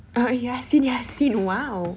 err yassin yassin !wow!